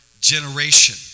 generation